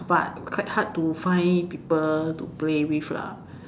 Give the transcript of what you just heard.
but quite hard to find people to play with lah